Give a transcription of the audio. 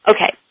Okay